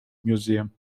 museum